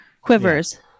Quivers